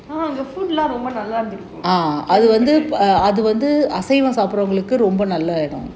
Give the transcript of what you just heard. அங்க:anga food எல்லா ரொம்ப நல்லா இருந்துருக்கும்:ellaa romba nallaa irunthuruku